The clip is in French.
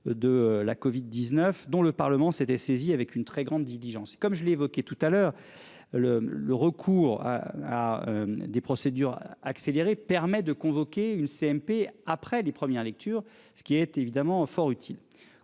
De la Covid-19 dont le Parlement s'était saisi avec une très grande diligence et comme je l'ai évoqué tout à l'heure le le recours à des procédures accélérées permet de convoquer une CMP après les premières lectures, ce qui est évidemment fort utile